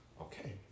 Okay